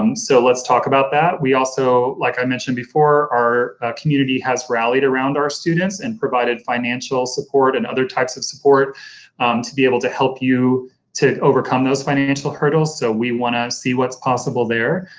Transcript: um so let's talk about that. we also, like i mentioned before, our community has rallied around our students and provided financial support and other types of support to be able to help you to overcome those financial hurdles, so we want to see what's possible there.